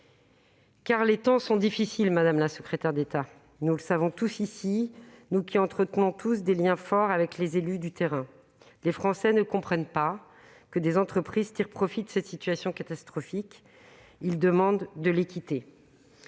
Car les temps sont difficiles, madame la secrétaire d'État ; nous le savons tous ici, nous qui entretenons des liens forts avec les élus de terrain. Les Français ne comprennent pas que des entreprises tirent profit de cette situation catastrophique. Ils demandent de l'équité.